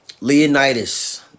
Leonidas